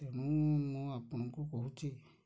ମୁଁ ଆପଣଙ୍କୁ କହୁଛି